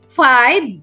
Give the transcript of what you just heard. five